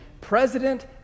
president